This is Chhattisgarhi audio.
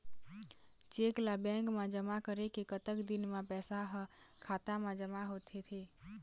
चेक ला बैंक मा जमा करे के कतक दिन मा पैसा हा खाता मा जमा होथे थे?